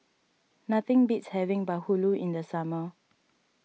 nothing beats having Bahulu in the summer